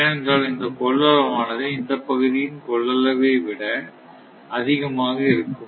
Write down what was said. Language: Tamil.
ஏனென்றால் இந்தக் கொள்ளளவு ஆனது இந்தப் பகுதியின் கொள்ளளவை விட அதிகமாக இருக்கும்